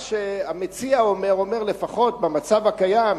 מה שהמציע אומר הוא שלפחות במצב הקיים,